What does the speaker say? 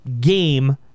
game